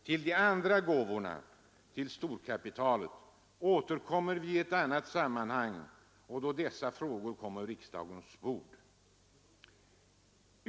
Till de andra gåvorna till storkapitalet återkommer vi då dessa frågor kommer på riksdagens bord.